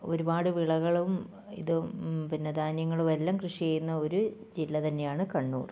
ഒരുപാട് വിളകളും ഇതും പിന്നെ ധാന്യങ്ങളും എല്ലാം കൃഷി ചെയ്യുന്ന ഒരു ജില്ല തന്നെയാണ് കണ്ണൂർ